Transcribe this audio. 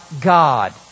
God